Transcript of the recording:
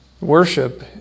worship